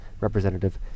representative